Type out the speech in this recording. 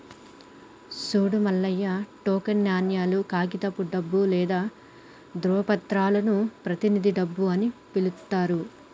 సూడు మల్లయ్య టోకెన్ నాణేలు, కాగితపు డబ్బు లేదా ధ్రువపత్రాలను ప్రతినిధి డబ్బు అని పిలుత్తారు